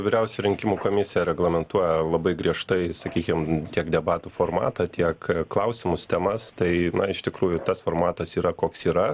vyriausioji rinkimų komisija reglamentuoja labai griežtai sakykim tiek debatų formatą tiek klausimus temas tai na iš tikrųjų tas formatas yra koks yra